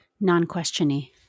non-questiony